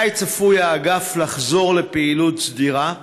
2. מתי צפוי האגף לחזור לפעילות סדירה?